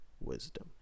wisdom